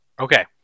Okay